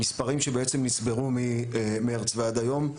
המספרים שבעצם נספרו ממרץ ועד היום,